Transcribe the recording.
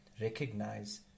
recognize